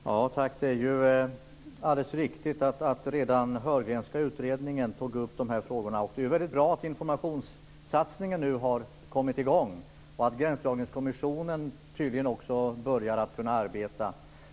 Fru talman! Det är alldeles riktigt att redan den Hörgrenska utredningen tog upp de här frågorna. Det är väldigt bra att informationssatsningen nu har kommit i gång och att tydligen också Gränsdragningskommissionen börjar kunna arbeta.